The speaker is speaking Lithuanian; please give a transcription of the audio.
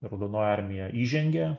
raudonoji armija įžengė